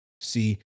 See